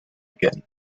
again